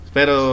Pero